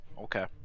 Okay